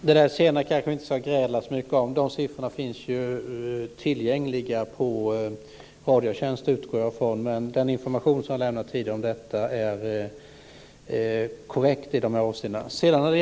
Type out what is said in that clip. Fru talman! Det där senare kanske vi inte ska gräla så mycket om. Jag utgår från att de siffrorna finns tillgängliga på Radiotjänst. Men den information som jag har lämnat tidigare om detta är korrekt i de här avseendena.